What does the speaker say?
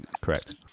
correct